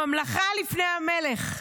הממלכה לפני המלך,